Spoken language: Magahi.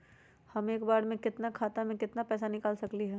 हम एक बार में अपना खाता से केतना पैसा निकाल सकली ह?